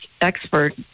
expert